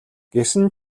гэсэн